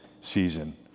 season